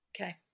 okay